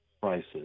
prices